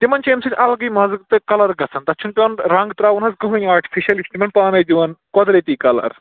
تِمَن چھُ اَمہِ سۭتۍ اَلگٕے مَزٕ تہٕ کَلَر گژھان تَتھ چھُنہٕ پٮ۪وان رنٛگ ترٛاوُن حظ کٕہٕنۍ آٹِفِشَل یہِ چھُ تِمَن پانَے دِوان قۄدرٔتی کَلَر